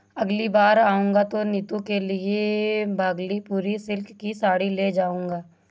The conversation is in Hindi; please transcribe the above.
अगली बार आऊंगा तो नीतू के लिए भागलपुरी सिल्क की साड़ी ले जाऊंगा